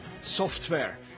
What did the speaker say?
software